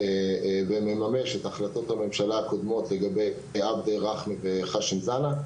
וממש את החלטות הממשלה הקודמות לגבי באב אל רחמה וח׳שם זנה.